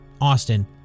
Austin